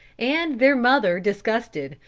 and their mother disgusted,